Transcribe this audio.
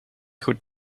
goed